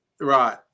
right